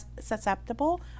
susceptible